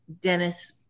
Dennis